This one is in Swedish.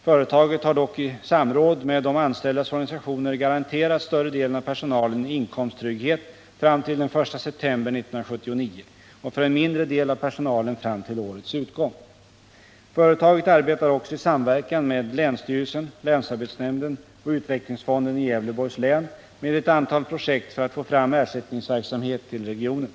Företaget har dock i samråd med de anställdas organisationer garanterat större delen av personalen inkomsttrygghet fram till den 1 september 1979 och för en mindre del av personalen fram till årets utgång. Företaget arbetar också i samverkan med länsstyrelsen, länsarbetsnämnden och utvecklingsfonden i Gävleborgs län med ett antal projekt för att få fram ersättningsverksamhet till regionen.